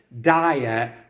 diet